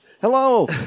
Hello